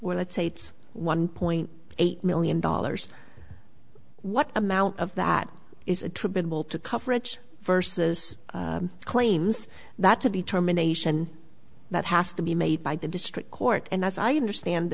or let's say it's one point eight million dollars what amount of that is attributable to coverage versus claims that to determination that has to be made by the district court and as i understand the